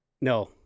no